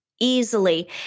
Easily